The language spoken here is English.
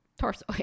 torso